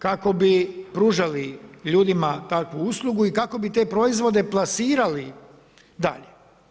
Kako bi pružali ljudima takvu uslugu i kako bi te proizvode plasirali dalje.